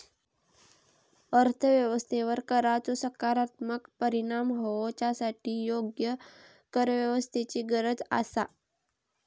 अर्थ व्यवस्थेवर कराचो सकारात्मक परिणाम होवच्यासाठी योग्य करव्यवस्थेची गरज आसा